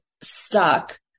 stuck